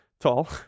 tall